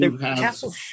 castle